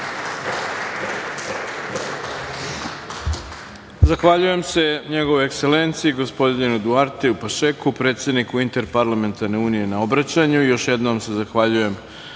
Zahvaljujem se Njegovoj Ekselenciji gospodinu Duarteu Pašeku, predsedniku Interparlamentarne unije, na obraćanju. Još jednom se zahvaljujem